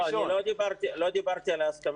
שר ההשכלה